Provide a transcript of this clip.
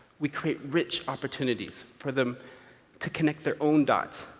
we create rich opportunities for them to connect their own dots,